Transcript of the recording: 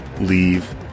leave